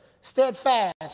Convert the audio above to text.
steadfast